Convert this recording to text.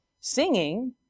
Singing